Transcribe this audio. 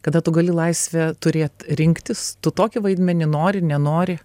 kada tu gali laisvę turėt rinktis tu tokį vaidmenį nori nenori